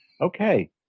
Okay